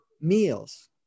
meals